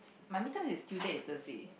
my midterms is Tuesday and Thursday